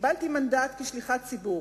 קיבלתי מנדט כשליחת ציבור